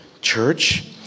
church